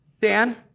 Dan